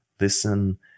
listen